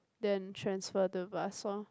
then transfer to bus lor